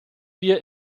wir